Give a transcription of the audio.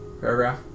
paragraph